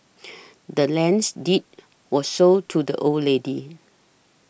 the land's deed was sold to the old lady